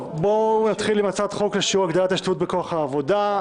בואו נתחיל עם הצעת חוק להגדלת שיעור ההשתתפות בכוח העבודה.